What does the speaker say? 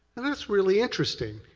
and that's really interesting.